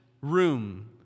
room